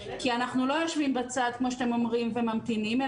כי אנחנו לא יושבים בצד וממתינים כמו שאתם אומרים,